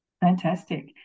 Fantastic